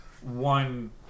one